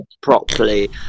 properly